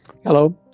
Hello